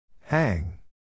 Hang